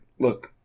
Look